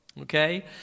Okay